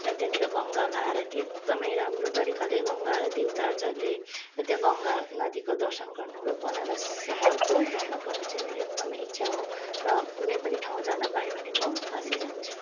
र त्यहाँनिर गङ्गामा आरती एकदमै राम्रो तरिकाले गङ्गालाई आरती उतार्छ अरे त्यो गङ्गा नदीको दर्शन गर्नु र बनारस सहरको भ्रमण गर्नु चाहिँ मेरो एकदमै इच्छा हो र कुनै पनि ठाउँ जान पाएँ भने म काशी जान्छु